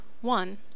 One